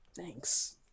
Thanks